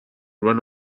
ran